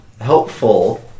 helpful